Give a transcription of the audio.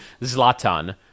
Zlatan